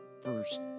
first